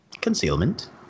concealment